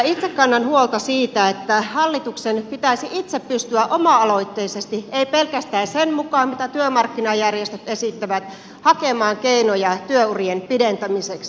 itse kannan huolta siitä että hallituksen pitäisi itse pystyä oma aloitteisesti ei pelkästään sen mukaan mitä työmarkkinajärjestöt esittävät hakemaan keinoja työurien pidentämiseksi